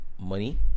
money